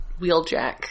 Wheeljack